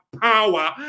power